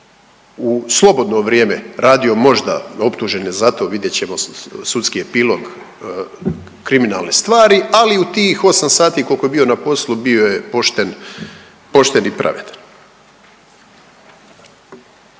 u slobodno vrijeme radio možda, optužen je za to, vidjet ćemo sudski epilog kriminalne stvari, ali u tih 8 sati koliko je bio na poslu, bio je pošten i pravedan.